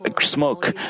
smoke